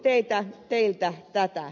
kysyn teiltä tätä